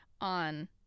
on